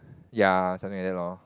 ya something like that lor